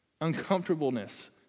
uncomfortableness